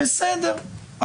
בסדר,